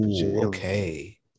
Okay